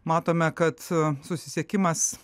matome kad susisiekimas